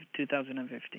2015